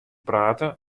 prate